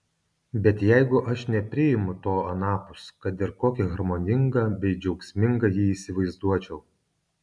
bet jeigu aš nepriimu to anapus kad ir kokį harmoningą bei džiaugsmingą jį įsivaizduočiau